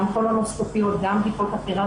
גם קולונוסקופיה וגם בדיקות אחרות.